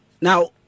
now